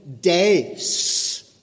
days